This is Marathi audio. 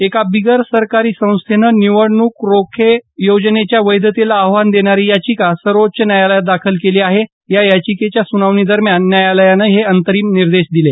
एका बिगर सरकारी संस्थेनं निवडणूक रोखे योजनेच्या वैधतेला आव्हान देणारी याचिका सर्वोच्च न्यायालयात दाखल केली आहे या याचिकेच्या सुनावणी दरम्यान न्यायालयानं हे अंतरिम निर्देश दिले